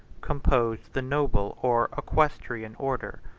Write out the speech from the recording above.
composed the noble or equestrian order,